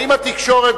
האם התקשורת,